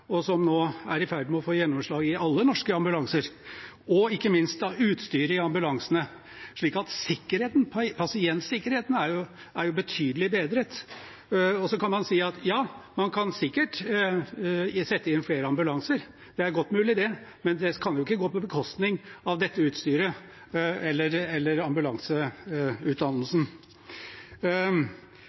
og som nå er i ferd med å få gjennomslag i alle norske ambulanser, ikke minst også utstyret i ambulansene. Så pasientsikkerheten er betydelig forbedret. Man kan sikkert sette inn flere ambulanser – det er godt mulig – men det kan ikke gå på bekostning av utstyret eller ambulanseutdannelsen.